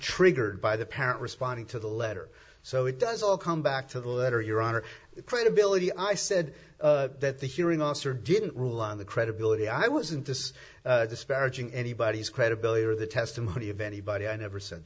triggered by the parent responding to the letter so it does all come back to the letter your honor the credibility i said that the hearing officer didn't rule on the credibility i wasn't this disparaging anybody's credibility or the testimony of anybody i never said